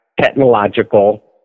technological